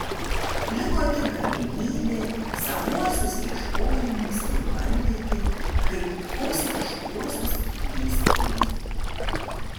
liko tik galimybė savuosius ieškojimus įvardyti kaip faustiškuosius klystkelius